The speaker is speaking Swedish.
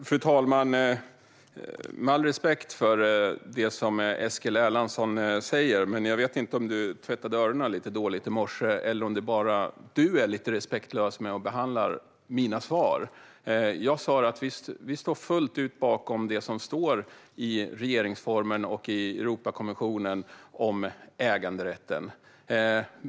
Fru talman! Med all respekt för det som Eskil Erlandsson säger vet jag inte om han tvättade öronen lite dåligt i morse eller om han bara är lite respektlös när han behandlar mina svar. Jag sa att vi fullt ut står bakom det som står i regeringsformen och i Europakonventionen om äganderätten.